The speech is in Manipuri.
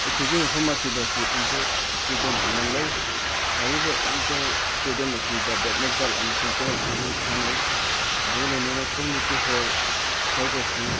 ꯑꯩꯈꯣꯏꯒꯤ ꯃꯐꯝ ꯑꯁꯤꯗꯁꯨ ꯏꯟꯗꯣꯔ ꯏꯁꯇꯦꯗꯤꯌꯝ ꯑꯃ ꯂꯩ ꯍꯥꯏꯔꯤꯕ ꯏꯟꯗꯣꯔ ꯏꯁꯇꯦꯗꯤꯌꯝ ꯑꯁꯤꯗ ꯕꯦꯗꯃꯤꯟꯇꯜ ꯑꯃꯁꯨꯡ ꯇꯦꯕꯜ ꯇꯦꯅꯤꯁ ꯁꯥꯟꯅꯩ ꯑꯗꯨꯒ ꯂꯣꯏꯅꯅ ꯀꯝꯃꯨꯅꯤꯇꯤ ꯍꯣꯜ ꯈꯔꯗꯁꯨ